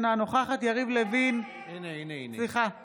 נגד יריב לוין אינו